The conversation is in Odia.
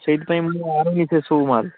ସେଇଥିପାଇଁ ମୁଁ ଆଣୁନି ସେ ସବୁ ମାଲ